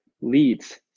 leads